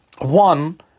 One